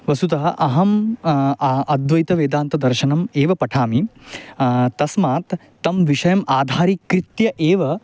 वस्तुतः अहम् अद्वैतवेदान्तदर्शनम् एव पठामि तस्मात् तं विषयम् आधारीकृत्य एव